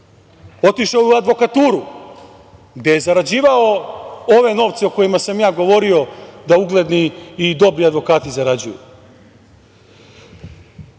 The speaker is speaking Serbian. Otišao je u advokaturu, gde je zarađivao ove novce o kojima sam ja govorio da ugledni i dobri advokati zarađuju.